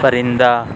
پرندہ